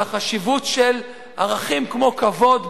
על החשיבות של ערכים כמו כבוד,